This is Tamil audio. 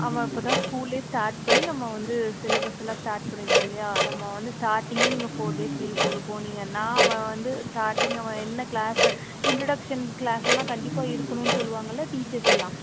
ஆமாம் இப்போ தான் ஸ்கூலே ஸ்டார்ட் பண்ணி நம்ம வந்து சிலபஸ்ஸு எல்லாம் ஸ்டார்ட் பண்ணிருக்கோம் இல்லையா நம்ம வந்து ஸ்டார்டிங்கே நீங்கள் ஃபோர் டேஸ் லீவ் போட்டு போனீங்கன்னா அவன் வந்து ஸ்டார்டிங் அவன் என்ன க்ளாஸை இன்ட்ரொடக்ஷன் க்ளாஸ் எல்லாம் கண்டிப்பாக இருக்கணுன்னு சொல்லுவாங்கள்ல டீச்சர்ஸு எல்லாம்